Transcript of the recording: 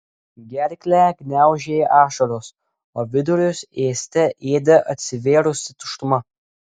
gerklę gniaužė ašaros o vidurius ėste ėdė atsivėrusi tuštuma